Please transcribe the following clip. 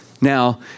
Now